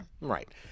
Right